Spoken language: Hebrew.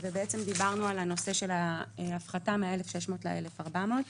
דיברנו על הפחתה מ-1,600 ל-1,400.